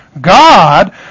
God